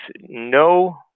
no